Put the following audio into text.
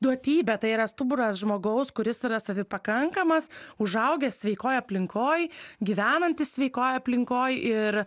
duotybė tai yra stuburas žmogaus kuris yra savipakankamas užaugęs sveikoj aplinkoj gyvenantis sveikoj aplinkoj ir